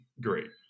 great